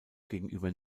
gegenüber